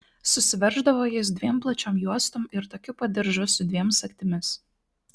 susiverždavo jis dviem plačiom juostom ir tokiu pat diržu su dviem sagtimis